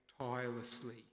tirelessly